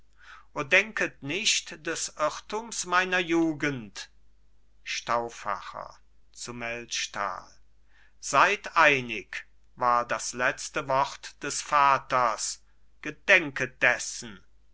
o denket nicht des irrtums meiner jugend stauffacher zu melchtal seid einig war das letzte wort des vaters gedenket dessen